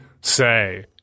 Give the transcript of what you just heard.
say